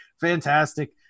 fantastic